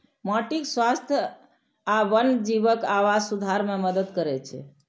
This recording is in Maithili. माटिक स्वास्थ्य आ वन्यजीवक आवास सुधार मे मदति करै छै